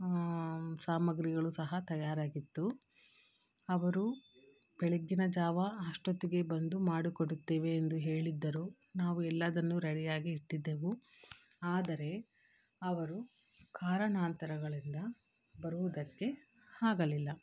ಸಾಮಾಗ್ರಿಗಳು ಸಹ ತಯಾರಾಗಿತ್ತು ಅವರು ಬೆಳಗ್ಗಿನ ಜಾವ ಅಷ್ಟೊತ್ತಿಗೆ ಬಂದು ಮಾಡಿಕೊಡುತ್ತೇವೆ ಎಂದು ಹೇಳಿದ್ದರು ನಾವು ಎಲ್ಲಾದನ್ನು ರೆಡಿಯಾಗಿ ಇಟ್ಟಿದ್ದೆವು ಆದರೆ ಅವರು ಕಾರಾಣಾಂತರಗಳಿಂದ ಬರುವುದಕ್ಕೆ ಆಗಲಿಲ್ಲ